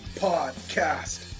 Podcast